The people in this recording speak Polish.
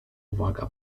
uwaga